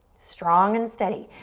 strong and steady.